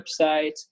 website